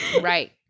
Right